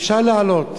אפשר להעלות.